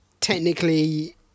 technically